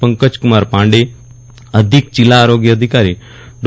પંકજકુમાર પાંડે અધિક જિલ્લા આરોગ્ય અધિકારી ડો